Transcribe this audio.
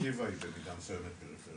גם אור עקיבא, היא במידה מסוימת פריפריה.